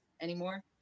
anymore